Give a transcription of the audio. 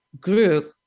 group